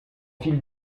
fil